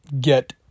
Get